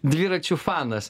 dviračių fanas